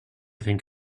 think